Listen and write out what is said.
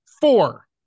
Four